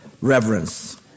reverence